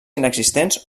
inexistents